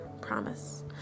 Promise